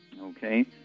Okay